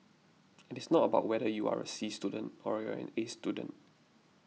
and it's not about whether you are a C student or you're an A student